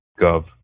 gov